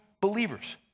believers